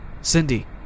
Cindy